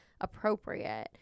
appropriate